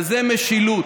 והוא משילות,